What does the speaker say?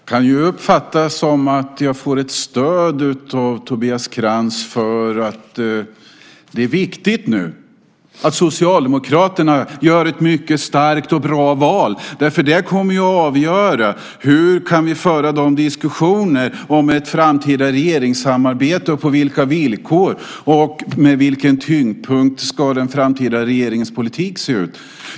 Fru talman! Jag kan uppfatta det som att jag får stöd av Tobias Krantz för att det är viktigt att Socialdemokraterna gör ett mycket starkt och bra val. Det kommer ju att avgöra hur och på vilka villkor vi kan föra diskussionerna om ett framtida regeringssamarbete och vilken tyngdpunkt den framtida regeringens politik ska ha.